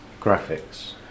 graphics